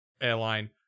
airline